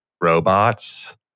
Robots